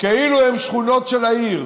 כאילו הם שכונות של העיר,